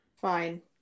Fine